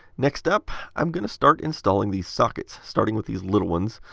next up, i'm going to start installing the sockets, starting with these little ones.